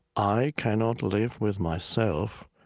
i cannot live with myself.